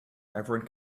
everyone